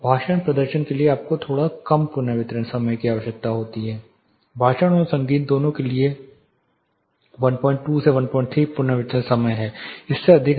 भाषण प्रदर्शन के लिए आपको थोड़ा कम पुनर्वितरण समय की आवश्यकता होगी भाषण और संगीत दोनों के लिए 12 13 पुनर्वितरण समय हैं इससे अधिक नहीं